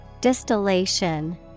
Distillation